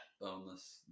boneless